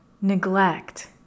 neglect